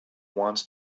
wants